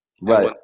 Right